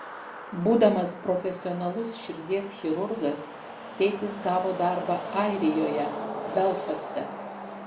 būdamas profesionalus širdies chirurgas tėtis gavo darbą airijoje belfaste